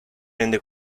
rende